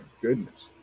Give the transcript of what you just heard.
goodness